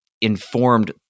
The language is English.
informed